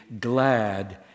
glad